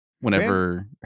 whenever